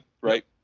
right